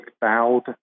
bowed